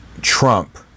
Trump